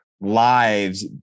lives